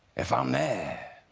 if i'm there